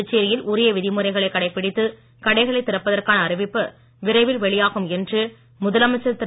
புதுச்சேரியில் உரிய விதிமுறைகளை கடைபிடித்து கடைகளை திறப்பதற்கான அறிவிப்பு விரைவில் வெளியாகும் என்று முதலமைச்சர் திரு